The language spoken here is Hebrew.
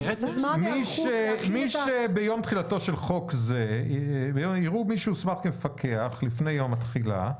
מי שביום תחילתו של חוק זה יראו מי שהוסמך כמפקח לפני יום התחילה,